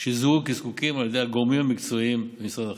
שזוהו כזקוקים על ידי הגורמים במקצועיים במשרד החינוך,